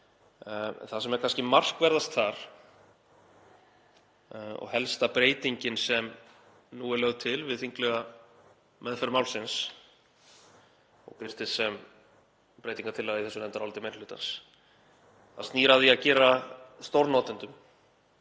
Það sem er kannski markverðast þar og helsta breytingin sem nú er lögð til við þinglega meðferð málsins og birtist sem breytingartillaga í þessu nefndaráliti meiri hlutans snýr að því að gera stórnotendum,